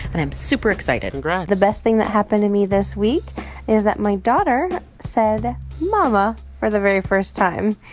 and i'm super excited and congrats the best thing that happened to me this week is that my daughter said mama for the very first time.